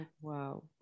Wow